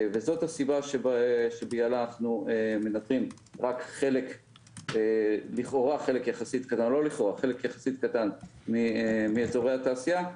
זאת הסיבה שבגללה אנחנו מנטרים חלק יחסית קטן מאזורי התעשייה,